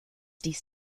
dies